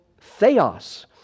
theos